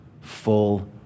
full